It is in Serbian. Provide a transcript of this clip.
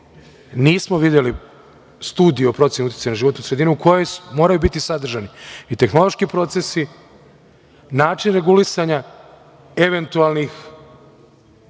nismo videli studiju o proceni uticaja na životnu sredinu, u kojoj moraju biti sadržani i tehnološki procesi, način regulisanja eventualnih